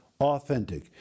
authentic